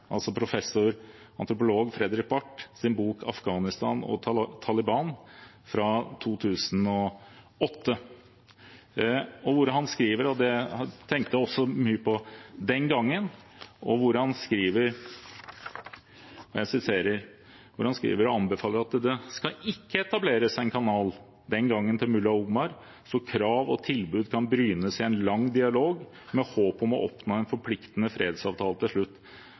Afghanistan og Taliban, fra 2008, hvor han skriver, og anbefaler, og det tenkte jeg også mye på den gangen: «Det skal ikke etableres en kanal» – den gang til Mulla Omar – «så krav og tilbud kan brynes i en lang dialog med håp om å oppnå en forpliktende fredsavtale til slutt.